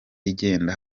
igenda